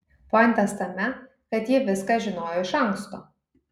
pointas tame kad ji viską žinojo iš anksto